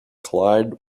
collide